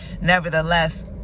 nevertheless